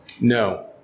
No